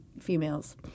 females